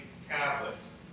tablets